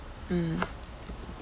mm